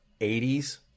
80s